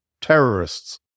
terrorists